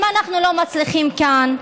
אם אנחנו לא מצליחים כאן,